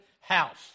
house